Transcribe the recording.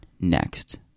next